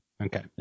Okay